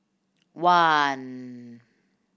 one